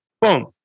Boom